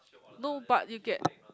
no but you get